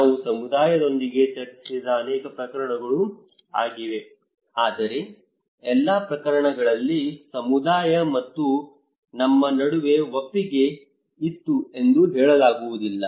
ನಾವು ಸಮುದಾಯದೊಂದಿಗೆ ಚರ್ಚಿಸಿದ ಅನೇಕ ಪ್ರಕರಣಗಳು ಆಗಿವೆ ಆದರೆ ಎಲ್ಲ ಪ್ರಕರಣಗಳಲ್ಲಿ ಸಮುದಾಯ ಮತ್ತು ನಮ್ಮ ನಡುವೆ ಒಪ್ಪಿಗೆ ಇತ್ತು ಎಂದು ಹೇಳಲಾಗುವುದಿಲ್ಲ